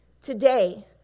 Today